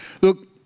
Look